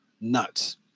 nuts